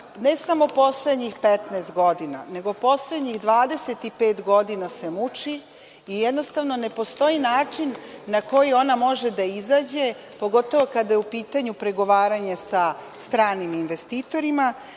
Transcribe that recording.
ne samo poslednjih 15 godina, nego poslednjih 25 godina se muči i jednostavno ne postoji način na koji ona može da izađe, pogotovo kada je u pitanju pregovaranje sa stranim investitorima